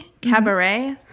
cabaret